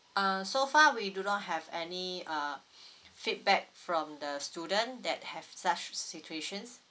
uh so far we do not have any uh feedback from the student that have such situations